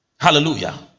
Hallelujah